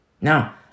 Now